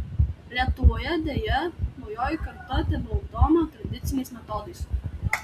lietuvoje deja naujoji karta tebeugdoma tradiciniais metodais